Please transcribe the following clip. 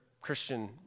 Christian